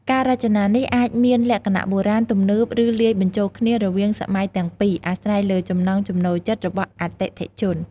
ការរចនានេះអាចមានលក្ខណៈបុរាណ ទំនើប ឬលាយបញ្ចូលគ្នារវាងសម័យទាំងពីរ អាស្រ័យលើចំណង់ចំណូលចិត្តរបស់អតិថិជន។